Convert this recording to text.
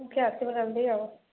ଟିକିଏ ଆସିବ କାଲି ଆଉ